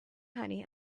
honey